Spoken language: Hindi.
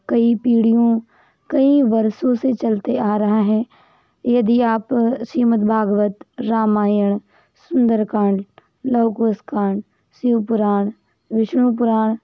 कई पीढ़ियों कई वर्षों से चलते आ रहा है यदि आप श्रीमद् भागवत रामायण सुंदरकांड लव कुश कांड शिव पुराण विष्णु पुराण